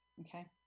okay